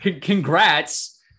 Congrats